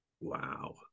Wow